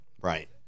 Right